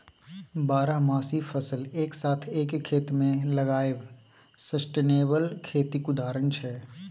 बारहमासी फसल एक साथ एक खेत मे लगाएब सस्टेनेबल खेतीक उदाहरण छै